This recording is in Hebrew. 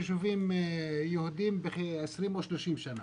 בתוך אי הוודאות הזאת אנחנו צריכים להיות בוודאות כלשהי שיש לזה